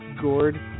Gord